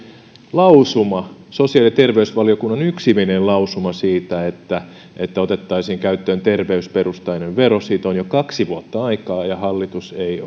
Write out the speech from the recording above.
lausuma sosiaali ja terveysvaliokunnan yksimielinen lausuma siitä että että otettaisiin käyttöön terveysperusteinen vero siitä on jo kaksi vuotta aikaa ja hallitus ei